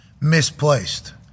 misplaced